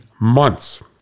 months